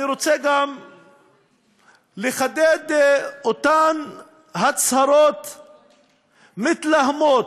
אני רוצה גם לחדד את אותן הצהרות מתלהמות,